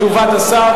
תשובת השר,